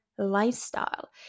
lifestyle